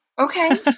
Okay